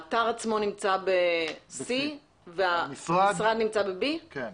האתר עצמו נמצא בשטח C והמשרד נמצא בשטח B. כן.